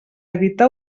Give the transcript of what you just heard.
evitar